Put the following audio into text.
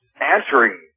answering